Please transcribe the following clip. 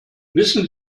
wissen